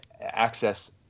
access